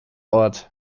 ort